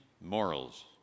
morals